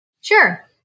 Sure